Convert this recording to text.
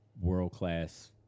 world-class